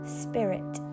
spirit